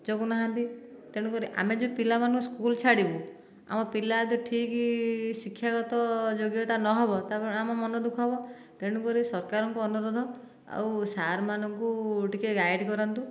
ଜଗୁନାହାନ୍ତି ତେଣୁକରି ଆମେ ଯଦି ପିଲାମାନଙ୍କୁ ସ୍କୁଲ୍ ଛାଡ଼ିବୁ ଆମ ପିଲା ଯଦି ଠିକ୍ ଶିକ୍ଷାଗତ ଯୋଗ୍ୟତା ନହେବ ତା' ଫଳରେ ଆମ ମନ ଦୁଃଖ ହବ ତେଣୁକରି ସରକାରଙ୍କୁ ଅନୁରୋଧ ଆଉ ସାର୍ମାନଙ୍କୁ ଟିକିଏ ଗାଇଡ଼ କରନ୍ତୁ